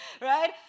right